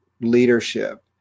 leadership